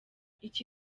iki